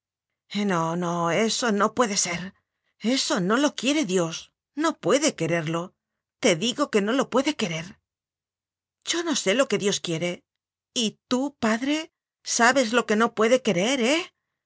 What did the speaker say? no no eso no puede ser eso no lo quie re dios no puede quererlo te digo que no lo puede querer yo no sé lo que dios quiere y tú padre sabes lo que no puede querer eh